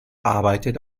arbeitet